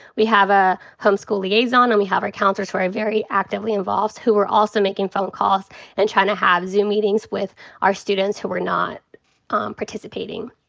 we have a home school liaison. and we have our counselors who are very actively involved who are also making phone calls and have zoom meetings with our students who were not um participating.